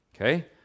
Okay